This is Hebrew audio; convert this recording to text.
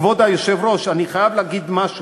כבוד היושב-ראש, אני חייב להגיד פה משהו.